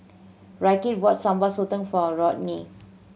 Ryker bought Sambal Sotong for Rodney